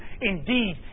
indeed